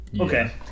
Okay